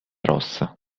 rossa